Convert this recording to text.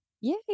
Yay